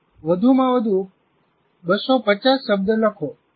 વધુમાં વધુ 250 શબ્દો લખો